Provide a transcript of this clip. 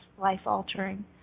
life-altering